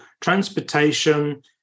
transportation